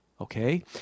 okay